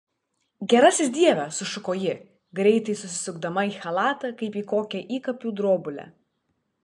gerasis dieve sušuko ji greitai susisukdama į chalatą kaip į kokią įkapių drobulę